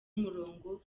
umurongo